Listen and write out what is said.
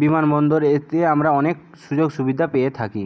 বিমানবন্দর এতে আমরা অনেক সুযোগ সুবিধা পেয়ে থাকি